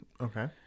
Okay